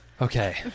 okay